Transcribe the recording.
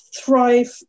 thrive